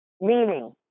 meaning